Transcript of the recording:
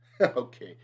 Okay